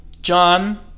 John